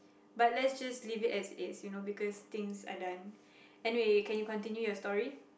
but let's just leave it as it is you know because things are done anyways can you continue your story